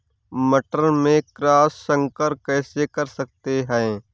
मटर में क्रॉस संकर कैसे कर सकते हैं?